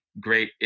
great